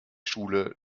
schule